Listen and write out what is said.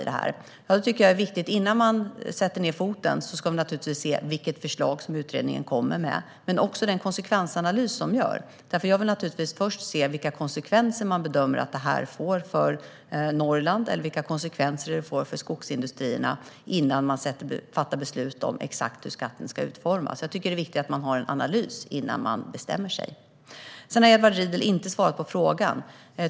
Det är en viktig fråga, men innan man sätter ned foten ska vi naturligtvis se vilket förslag som utredningen kommer med och vilka konsekvensutredningar som görs. Jag vill naturligtvis först se vilka konsekvenser som man bedömer att detta får för Norrland och för skogsindustrierna innan man fattar beslut om exakt hur skatten ska utformas. Jag tycker att det är viktigt med en analys innan man bestämmer sig. Sedan svarade inte Edward Riedl på frågan.